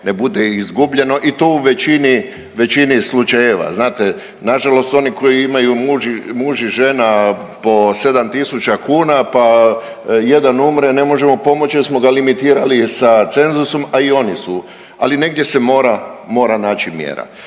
ne bude izgubljeno i to u većini, većini slučajeva. Znate nažalost oni koji imaju muž i žena po 7.000 kuna pa jedan umre ne možemo pomoći jer smo ga limitirali sa cenzusom, a i oni su, ali negdje se mora, mora naći mjera.